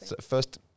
first